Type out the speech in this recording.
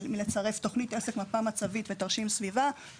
אנחנו ממש עשינו פה את ההפרות ואת הסימולציה לגבי מתי לא ומתי אפשר.